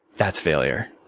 that's failure.